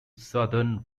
southern